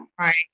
right